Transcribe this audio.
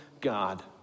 God